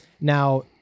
Now